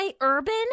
Urban